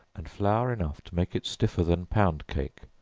and flour enough to make it stiffer than pound cake,